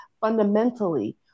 fundamentally